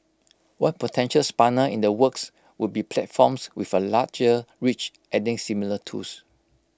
one potential spanner in the works would be platforms with A larger reach adding similar tools